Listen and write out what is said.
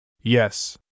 Yes